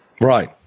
Right